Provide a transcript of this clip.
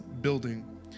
building